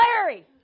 Larry